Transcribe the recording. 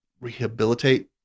rehabilitate